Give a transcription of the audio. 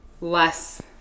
less